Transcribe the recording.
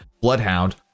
Bloodhound